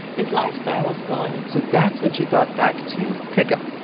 this lifestyle was gone so that's when she thought back to pickup.